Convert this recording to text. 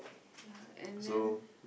ya and then